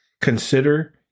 Consider